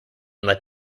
let